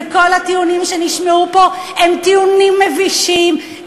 וכל הטיעונים שנשמעו פה הם טיעונים מבישים,